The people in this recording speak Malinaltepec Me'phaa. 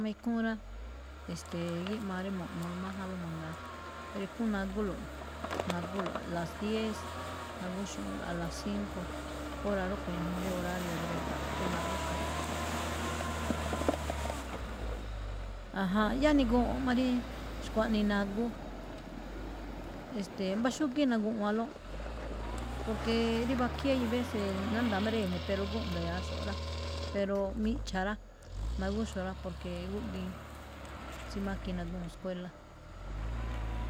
Mí ikhúún rá, e̱ste̱e̱, gíꞌmaa rí mo̱ꞌno májánló mangaa, pero ikhúún nagúlo̱ꞌ, nagúlo̱ꞌ a las diez, nagúxu̱unꞌlo̱ꞌ a las cinco, hora rúꞌkho̱ ñajuun rí horario drégo̱ꞌ, rí nagúxo̱lo̱ꞌ. Aján, yáá niguwunꞌ má rí xkuaꞌnii nagú, e̱ste̱e̱ mbá xúgíí naguwanlóꞌ, porque rí vakhíí hay vece nánda̱a̱ má rí e̱ne̱, pero gúnꞌ nda̱ya̱a̱ xu̱ꞌ rá, pero miꞌcha̱ rá, nagúxo̱ rá, porque gúꞌdiin tsí mákiin nagúun skuéla̱.